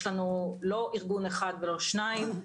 יש לנו לא ארגון עובדים אחד ולא שניים.